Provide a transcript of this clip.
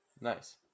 Nice